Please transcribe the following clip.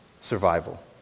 survival